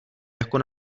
jako